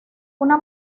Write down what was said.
una